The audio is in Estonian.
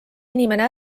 inimene